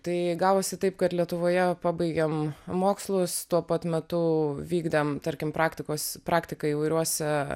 tai gavosi taip kad lietuvoje pabaigėm mokslus tuo pat metu vykdėm tarkim praktikos praktiką įvairiuose